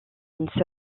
une